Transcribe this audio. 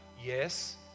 Yes